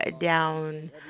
Down